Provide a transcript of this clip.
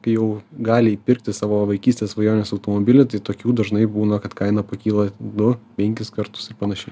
kai jau gali įpirkti savo vaikystės svajonės automobilį tai tokių dažnai būna kad kaina pakyla du penkis kartus ir panašiai